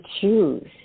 choose